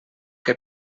que